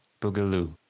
Boogaloo